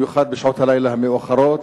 במיוחד בשעות הלילה המאוחרות.